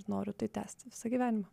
noriu tai tęsti visą gyvenimą